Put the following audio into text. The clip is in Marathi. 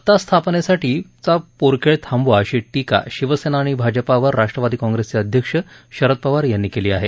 सत्ता स्थापनेसाठीचा पोरखेळ थांबवा अशी टीका शिवसेना आणि भाजपावर राष्ट्रवादी काँग्रेसचे अध्यक्ष शरद पवार यांनी केली आहे